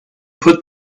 put